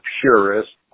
purist